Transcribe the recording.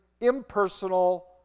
impersonal